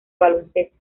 baloncesto